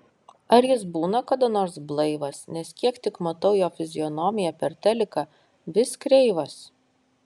ar jis būna kada nors blaivas nes kiek tik matau jo fizionomiją per teliką vis kreivas